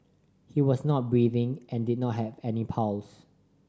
he was not breathing and did not have any pulse